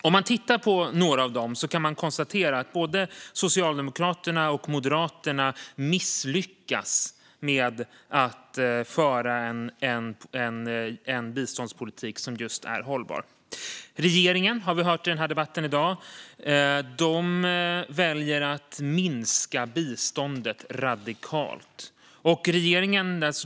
Om man tittar på några av dessa utmaningar kan man konstatera att både Socialdemokraterna och Moderaterna misslyckas med att föra en biståndspolitik som är just hållbar. I debatten i dag har vi hört att regeringen väljer att minska biståndet radikalt.